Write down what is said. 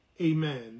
amen